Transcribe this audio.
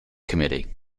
committee